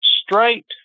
straight